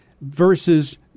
versus